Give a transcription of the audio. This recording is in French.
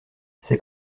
c’est